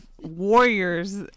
warriors